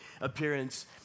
appearance